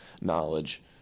knowledge